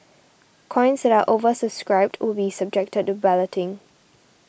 coins that are oversubscribed will be subjected to balloting